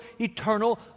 eternal